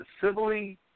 civilly